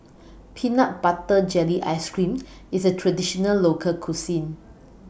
Peanut Butter Jelly Ice Cream IS A Traditional Local Cuisine